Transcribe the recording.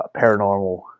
paranormal